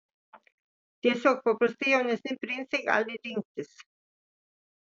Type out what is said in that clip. tiesiog paprastai jaunesni princai gali rinktis